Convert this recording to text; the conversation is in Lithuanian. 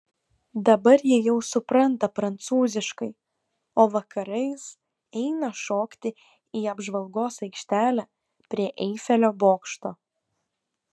dabar ji jau supranta prancūziškai o vakarais eina šokti į apžvalgos aikštelę prie eifelio bokšto